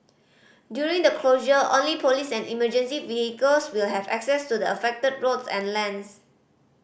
during the closure only police and emergency vehicles will have access to the affected roads and lanes